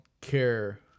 care